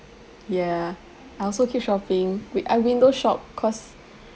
ya I also keep shopping wi~ I window shop cause